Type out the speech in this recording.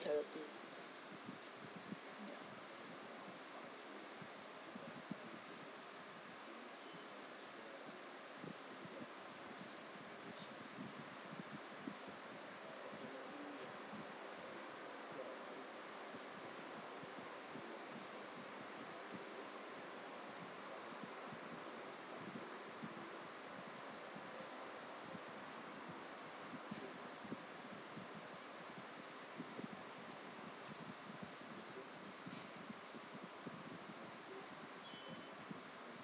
therapy